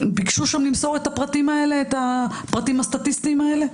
ביקשו שם למסור את הפרטים הסטטיסטיים האלה?